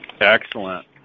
Excellent